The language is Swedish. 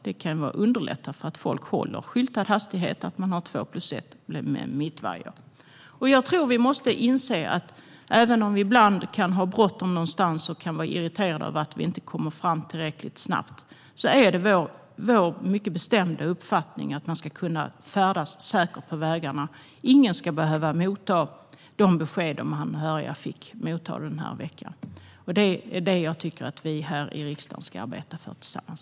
Att man har två-plus-ett med mittvajer kan underlätta för folk att hålla skyltad hastighet. Jag tror att man måste inse att även om man ibland kan ha bråttom någonstans och vara irriterad över att inte komma fram tillräckligt snabbt är det vår mycket bestämda uppfattning att man ska kunna färdas säkert på vägarna. Ingen ska behöva motta sådana besked som de anhöriga fick motta den här veckan. Det tycker jag att vi här i riksdagen ska arbeta för tillsammans.